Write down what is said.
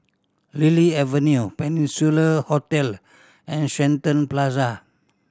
Lily Avenue Peninsula Hotel and Shenton Plaza